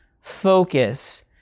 focus